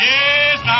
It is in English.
Yes